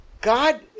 God